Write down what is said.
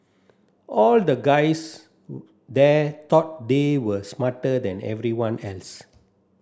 all the guys there thought they were smarter than everyone else